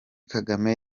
kagame